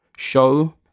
Show